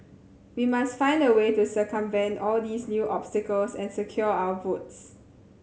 we must find a way to circumvent all these new obstacles and secure our votes